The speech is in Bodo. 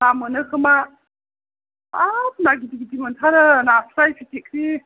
ना मोनो खोमा हाब ना गिदिर गिदिर मोनथारो नास्राय फिथिख्रि